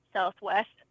Southwest